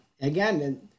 Again